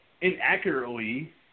inaccurately